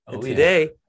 today